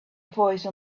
voice